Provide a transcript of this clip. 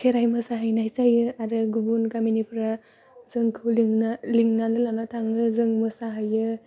खेराइ मोसाहैनाय जायो आरो गुबुन गामिनिफ्रा जोंखौ लिंना लिंनानै लाना थाङो जों मोसाहैयो